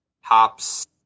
hops